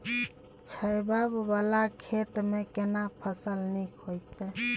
छै ॉंव वाला खेत में केना फसल नीक होयत?